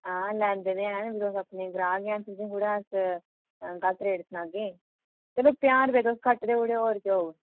हां लैंदे ते हैन अपने ग्रांऽ दे गै हैन तुसेंगी थोह्ड़ा अस गलत रेट सनाह्गे चलो पंजाह् रपेऽ तुस घट्ट देई ओड़ेओ होर केह् होग